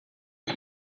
qui